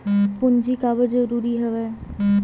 पूंजी काबर जरूरी हवय?